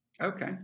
Okay